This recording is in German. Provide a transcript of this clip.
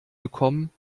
bekommen